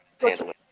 handling